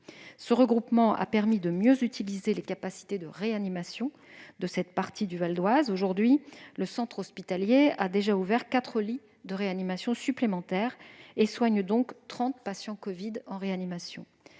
Ce regroupement a permis de mieux utiliser les capacités de réanimation de cette partie du Val-d'Oise. Aujourd'hui, le centre hospitalier a déjà ouvert 4 lits de réanimation supplémentaires et soigne donc 30 patients covid en réanimation.